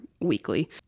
weekly